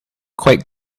quite